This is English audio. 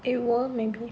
it will may be